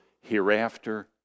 hereafter